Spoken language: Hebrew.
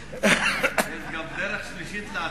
ויש גם דרך שלישית לעצמאות.